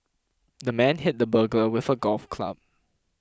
the man hit the burglar with a golf club